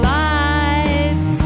lives